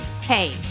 Hey